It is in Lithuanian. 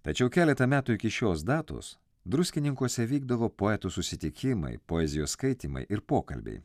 tačiau keletą metų iki šios datos druskininkuose vykdavo poetų susitikimai poezijos skaitymai ir pokalbiai